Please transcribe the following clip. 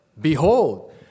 Behold